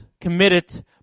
committed